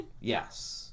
Yes